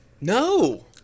No